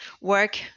work